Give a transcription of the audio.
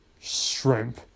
shrimp